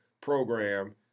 program